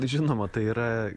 žinoma tai yra